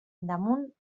damunt